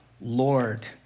Lord